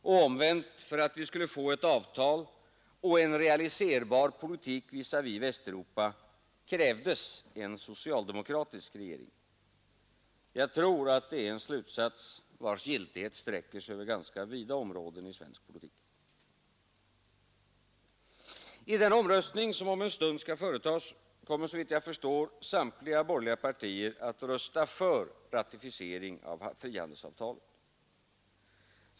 Och omvänt: för att vi skulle få ett avtal och en realiserbar politik visavi Västeuropa, krävdes en socialdemokratisk regering. Jag tror att det är en slutsats, vars giltighet sträcker sig över ganska vida områden i svensk politik. Vid den omröstning som om en stund skall företas kommer, såvitt jag förstår, samtliga borgerliga partier att rösta för ratificering av frihandelsavtalet.